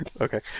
Okay